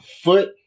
foot